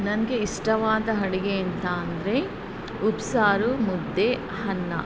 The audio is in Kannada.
ನನಗೆ ಇಷ್ಟವಾದ ಅಡ್ಗೆ ಅಂತ ಅಂದರೆ ಉಪ್ಸಾರು ಮುದ್ದೆ ಅನ್ನ